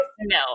no